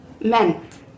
meant